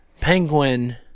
Penguin